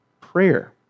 prayer